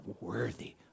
worthy